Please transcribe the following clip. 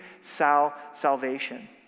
salvation